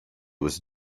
was